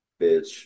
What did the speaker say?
Bitch